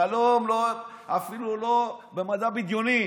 חלום, אפילו לא במדע בדיוני.